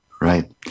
Right